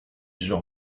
gens